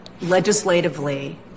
legislatively